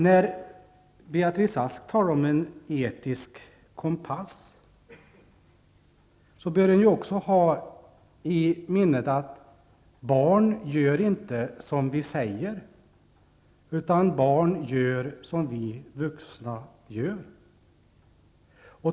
När Beatrice Ask talar om en etisk kompass bör man också hålla i minnet att barn inte gör som vi vuxna säger, utan barn gör som vi vuxna gör.